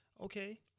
okay